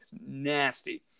nasty